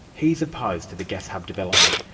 he is opposed to the gas hub development,